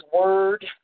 word